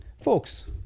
Folks